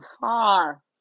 far